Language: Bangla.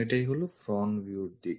এটাই হলো front view র দিক